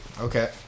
okay